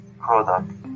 product